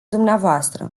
dvs